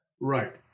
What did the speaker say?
Right